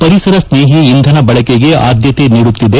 ಪರಿಸರ ಸ್ನೇಹಿ ಇಂಧನ ಬಳಕೆಗೆ ಆದ್ಯತೆ ನೀಡುತ್ತಿದೆ